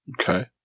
okay